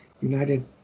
United